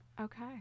Okay